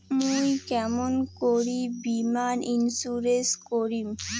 মুই কেমন করি বীমা ইন্সুরেন্স করিম?